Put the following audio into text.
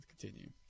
continue